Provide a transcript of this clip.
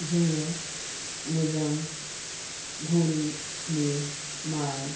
जोङो मोजां गुननि माइ